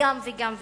וגם וגם וגם,